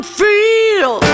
feel